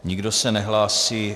Nikdo se nehlásí.